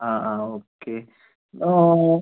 ആ ആ ഓക്കെ ആ ആ ആ